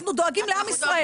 אנחנו דואגים לעם ישראל.